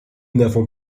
n’avons